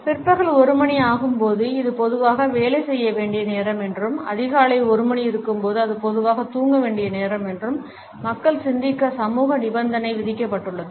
பிற்பகல் 1 மணி ஆகும்போது இது பொதுவாக வேலை செய்ய வேண்டிய நேரம் என்றும் அதிகாலை 1 மணி இருக்கும்போது அது பொதுவாக தூங்க வேண்டிய நேரம் என்றும் மக்கள் சிந்திக்க சமூக நிபந்தனை விதிக்கப்பட்டுள்ளது